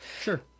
Sure